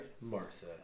Martha